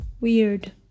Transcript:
weird